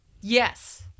Yes